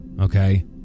Okay